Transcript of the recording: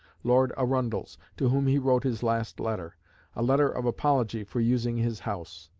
lord arundel's, to whom he wrote his last letter a letter of apology for using his house.